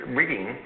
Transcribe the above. rigging